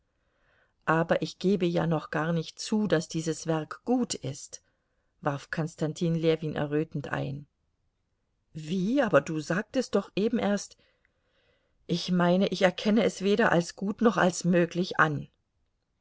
aber ich gebe ja noch gar nicht zu daß dieses werk gut ist warf konstantin ljewin errötend ein wie aber du sagtest doch eben erst ich meine ich erkenne es weder als gut noch als möglich an